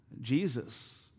Jesus